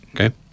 Okay